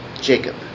Jacob